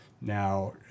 Now